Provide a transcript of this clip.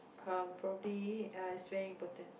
how I'm probably err it's very important